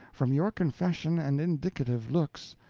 from your confession and indicative looks,